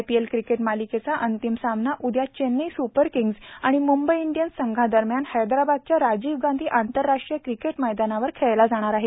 IPL cricket मालिकेचा अंतिम सामना उद्या चेन्नई सुपरकिंग्ज आणि मुंबई इंडियन्स संघादरम्यान हैद्राबादच्या राजीव गांधी आंतरराष्ट्रीय क्रिकेट मैदानावर खेळला जाणार आहे